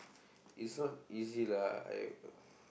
is not easy lah I have